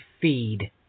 feed